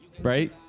right